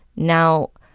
now,